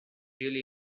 really